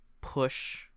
push